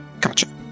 Gotcha